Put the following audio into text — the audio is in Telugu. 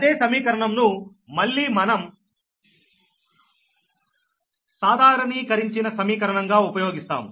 అదే సమీకరణంను మళ్ళీ మనం సాధారణీకరించిన సమీకరణం గా ఉపయోగిస్తాము